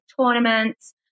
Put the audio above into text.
tournaments